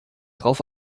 drauf